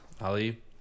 Ali